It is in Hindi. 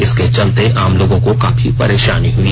इसके चलते आम लोगों को काफी परेशानी हुई